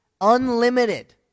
Unlimited